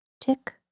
Tick